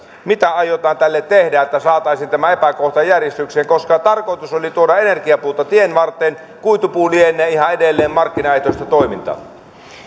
mitä aiotaan tälle tehdä että saataisiin tämä epäkohta järjestykseen koska tarkoitus oli tuoda energiapuuta tienvarteen ja kuitupuu lienee ihan edelleen markkinaehtoista toimintaa